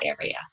area